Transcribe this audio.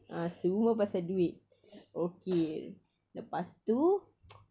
ah semua pasal duit okay lepas tu